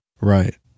Right